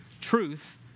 Truth